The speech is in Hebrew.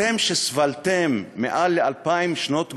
אתם, שסבלתם מעל אלפיים שנות גולה,